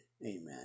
Amen